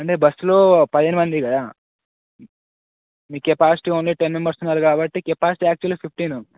అంటే బస్సులో పదిహేను మంది కదా మీకు కెపాసిటి ఓన్లీ టెన్ మెంబర్స్ ఉన్నారు కాబట్టి కెపాసిటీ యాక్చువల్లీ ఫిఫ్టీన్